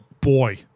boy